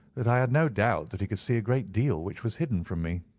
that i had no doubt that he could see a great deal which was hidden from me.